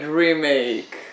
remake